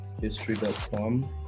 history.com